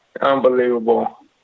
Unbelievable